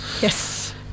Yes